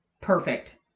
perfect